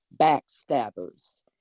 backstabbers